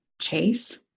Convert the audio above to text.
chase